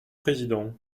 président